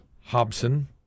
Hobson